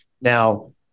Now